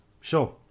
Sure